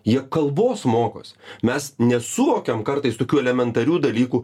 jie kalbos mokosi mes nesuvokiam kartais tokių elementarių dalykų